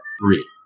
three